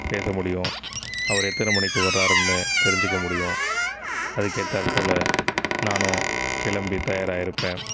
பேச முடியும் அவர் எத்தனை மணிக்குன்னு வராருன்னு தெரிஞ்சுக்க முடியும் அதற்கேத்தார் போல் நானும் கிளம்பி தயாராக இருப்பேன்